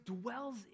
dwells